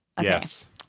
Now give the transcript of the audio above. Yes